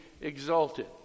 exalted